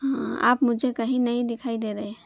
ہاں آپ مجھے کہیں نہیں دکھائی دے رہے